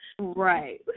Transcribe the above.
right